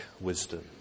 wisdom